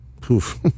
poof